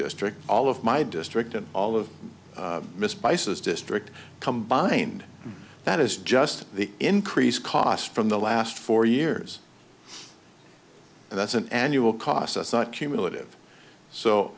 district all of my district and all of miss bice's district combined that is just the increased cost from the last four years and that's an annual cost us not cumulative so